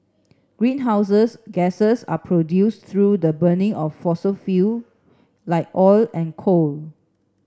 greenhouses gases are produced through the burning of fossil fuel like oil and coal